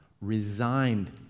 resigned